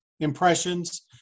Impressions